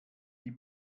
die